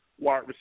wide